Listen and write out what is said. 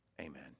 amen